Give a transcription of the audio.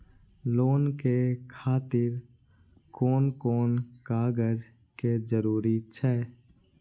Loan के खातिर कोन कोन कागज के जरूरी छै?